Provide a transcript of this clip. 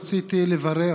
רציתי לברר,